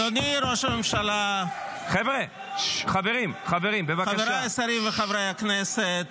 אדוני ראש הממשלה, חבריי השרים וחברי הכנסת